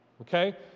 Okay